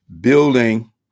building